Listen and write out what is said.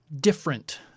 different